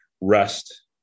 Rest